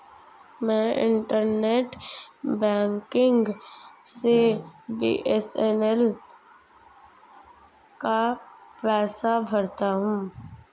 मैं internet banking से BSNL का पैसा भरता हूं